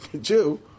Jew